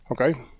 Okay